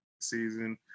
season